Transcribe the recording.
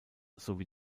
sowie